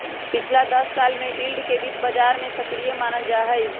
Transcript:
पिछला दस साल से यील्ड के वित्त बाजार में सक्रिय मानल जाहई